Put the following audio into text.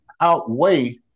outweigh